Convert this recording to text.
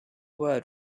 world